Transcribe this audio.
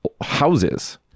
houses